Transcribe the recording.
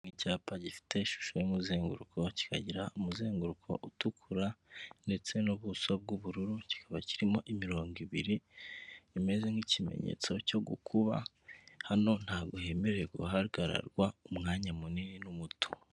Icyapa gifite ishusho y'umuzenguruko, kikagira umuzenguruko utukura, ndetse n'ubuso bw'ubururu, kikaba kirimo imirongo ibiri, imeze nk'ikimenyetso cyo gukuba, hano ntabwo hemerewe guhagararwa umwanya mu nini n'umuto.